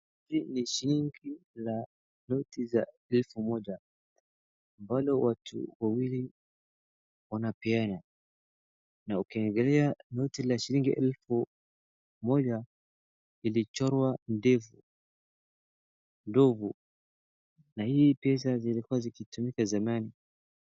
Hii ni shilingi la noti za elfu moja, ambalo watu wawili wanapeana. Na ukiangalia noti la shilingi elfu moja, ilichorwa ndefu ndovu. Na hii pesa zilikuwa zikitumika zamani.